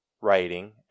writing